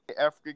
Africa